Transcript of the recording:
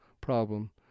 problem